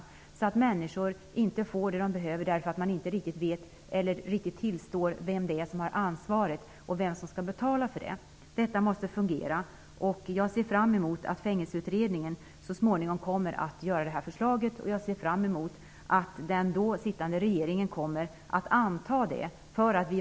Människor skall inte behöva riskera att gå miste om det de behöver därför att vi inte riktigt vet vem som har ansvaret eller vem som skall betala. Det måste fungera. Jag ser fram emot det förslag som så småningom kommer från Fängelseutredningen. Jag ser också fram emot att den då sittande regeringen kommer att anta det.